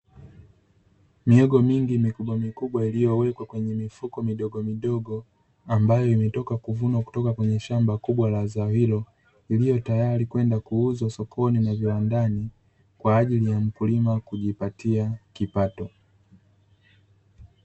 Mihogo mingi mikubwa mikubwa iliyowekwa kwenye mifuko midogomidogo, ambayo imetoka kuvunwa kutoka kwenye shamba kubwa la zao hilo, iliyo tayari kwenda kuuzwa sokoni na viwandani kwa ajili ya mkulima kujipatia kipato.